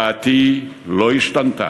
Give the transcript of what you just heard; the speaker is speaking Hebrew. דעתי לא השתנתה.